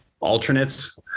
Alternates